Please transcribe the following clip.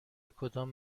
کدام